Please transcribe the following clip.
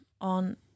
on